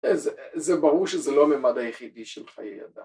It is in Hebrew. זה ברור שזה לא מימד היחידי של חיי אדם